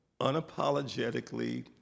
unapologetically